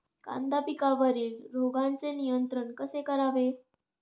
कांदा पिकावरील रोगांचे नियंत्रण कसे करावे?